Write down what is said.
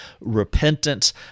repentance